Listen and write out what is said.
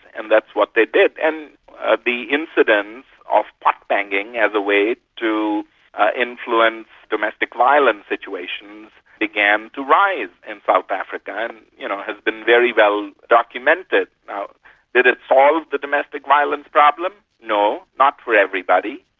and that's what they did. and ah the incidence of pot-banging as a way to influence domestic violence situations began to rise in south africa and you know has been very well documented. did it solve the domestic violence problem? no. not for everybody,